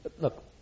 Look